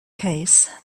case